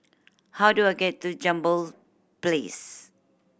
how do I get to Jambol Place